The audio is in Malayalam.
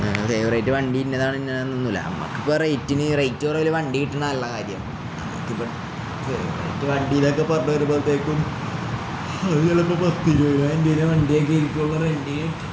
ഫേവറേറ്റ് വണ്ടി ഇന്നതാണ് ഇന്നൊന്നൂല്ല നമ്മക്കിപ്പ റേറ്റന് റേറ്റ് കൊറ ഒരു വണ്ടി കിട്ടുന്നാനുള്ള കാര്യം നമക്കിപ്പ ഫേവറേറ്റ് വണ്ടീലൊക്കെ പറഞ്ഞരുമ്പത്തേക്കും ചെലപ്പോ പത്ത് രൂപൻ്ന വണ്ടിയൊക്കെ ഇപ്പന്ന് റെണ്ടി